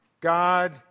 God